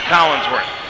Collinsworth